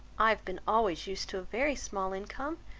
i have been always used to a very small income,